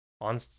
on